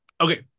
okay